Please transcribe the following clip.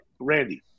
Randy